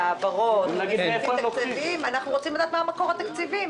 בהעברות אנחנו רוצים לדעת מה המקור התקציבי,